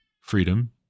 freedom